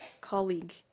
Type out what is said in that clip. colleague